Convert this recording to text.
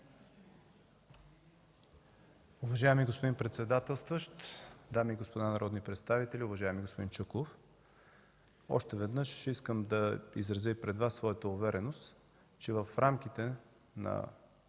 Уважаеми господин председателстващ, дами и господа народни представители! Уважаеми господин Чуколов, още веднъж искам да изразя и пред Вас своята увереност, че в рамките на